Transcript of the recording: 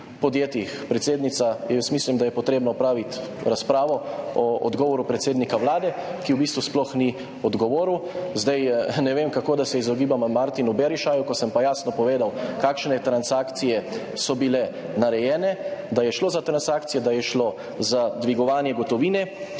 predsednica, jaz mislim, da je potrebno opraviti razpravo o odgovoru predsednika Vlade, ki v bistvu sploh ni odgovoril. Ne vem, kako se izogibam Martinu Berishaju, ko sem pa jasno povedal, kakšne transakcije so bile narejene, da je šlo za transakcije, da je šlo za dvigovanje gotovine.